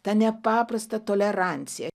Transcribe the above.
ta nepaprasta tolerancija